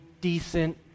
decent